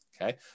okay